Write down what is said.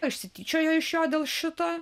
išsityčiojo iš jo dėl šito